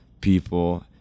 people